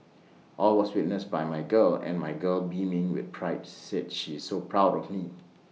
all was witnessed by my girl and my girl beaming with pride said she is so proud of me